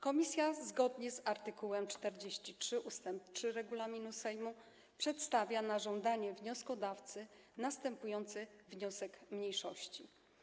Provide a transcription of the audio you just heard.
Komisja, zgodnie z art. 43 ust. 3 regulaminu Sejmu, przedstawia, na żądanie wnioskodawcy, następujący wniosek mniejszości.